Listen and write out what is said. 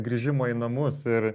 grįžimo į namus ir